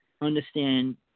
understand